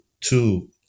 two